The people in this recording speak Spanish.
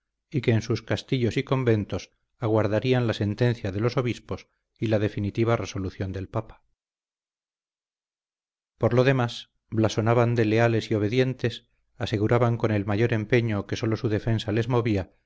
y que en sus castillos y conventos aguardarían la sentencia de los obispos y la definitiva resolución del papa por lo demás blasonaban de leales y obedientes aseguraban con el mayor empeño que sólo su defensa les movía